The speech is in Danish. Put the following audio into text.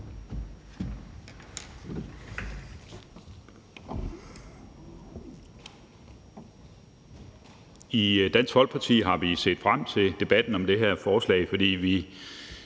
I Dansk Folkeparti har vi set frem til debatten om det her forslag, fordi vi